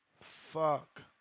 Fuck